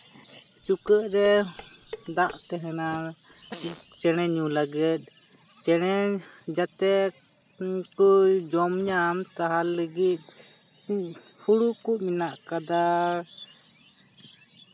ᱪᱩᱠᱟᱹᱜ ᱨᱮ ᱫᱟᱜ ᱛᱮᱦᱮᱱᱟ ᱪᱮᱬᱮ ᱧᱩ ᱞᱟᱹᱜᱤᱫ ᱪᱮᱬᱮ ᱡᱟᱛᱮ ᱠᱚ ᱡᱚᱢ ᱧᱟᱢ ᱛᱟᱨ ᱞᱟᱹᱜᱤᱫ ᱦᱩᱲᱩ ᱠᱚ ᱢᱮᱱᱟᱜ ᱟᱠᱟᱫᱟ